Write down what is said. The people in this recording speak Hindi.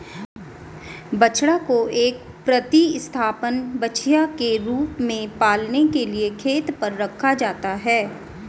बछड़ा को एक प्रतिस्थापन बछिया के रूप में पालने के लिए खेत पर रखा जाता है